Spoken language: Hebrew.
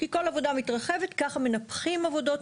כי כל עבודה מתרחבת וככה מנפחים עבודות,